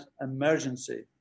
emergency